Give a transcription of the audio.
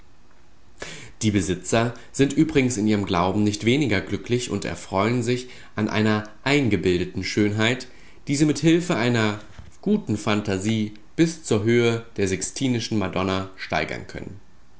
die besitzer sind übrigens in ihrem glauben nicht weniger glücklich und erfreuen sich an einer eingebildeten schönheit die sie mit hilfe einer guten phantasie bis zur höhe der sixtinischen madonna steigern können